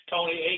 Tony